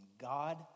God